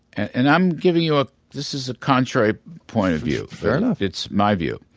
and i'm giving you, ah this is a contrary point of view fair enough it's my view.